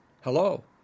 hello